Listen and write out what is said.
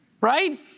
right